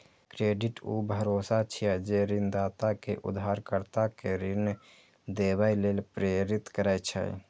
credit ऊ भरोसा छियै, जे ऋणदाता कें उधारकर्ता कें ऋण देबय लेल प्रेरित करै छै